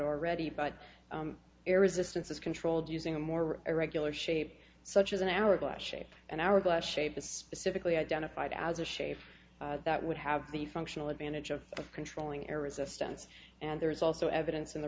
already but air resistance is controlled using a more irregular shape such as an hourglass shape and hourglass shape is specifically identified as a shape that would have the functional advantage of controlling air resistance and the there's also evidence in the